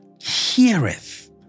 heareth